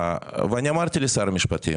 אני אמרתי לשר המשפטים,